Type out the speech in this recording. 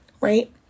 right